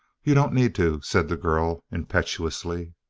you don't need to said the girl, impetuously.